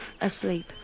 asleep